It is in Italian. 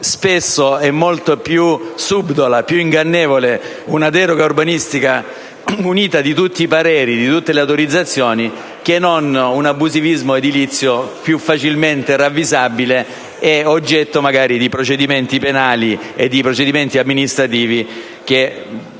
Spesso è molto più subdola ed ingannevole una deroga urbanistica munita di tutti i pareri e le autorizzazioni che non un abusivismo edilizio più facilmente ravvisabile e oggetto magari di procedimenti penali ed amministrativi